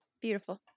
Beautiful